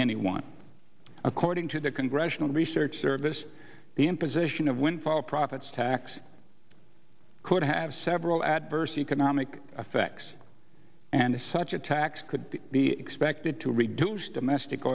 anyone according to the congressional research service the imposition of windfall profits tax could have several adverse economic effects and as such attacks could be expected to reduce domestic